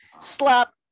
slap